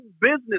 business